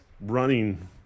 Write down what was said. running